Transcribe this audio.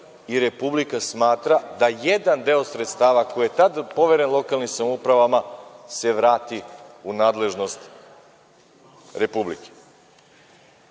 i republika smatra da jedan deo sredstava, koji je tada poveren lokalnim samoupravama, se vrati u nadležnost republike. Ako